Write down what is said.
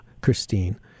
Christine